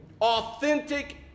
authentic